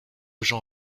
jean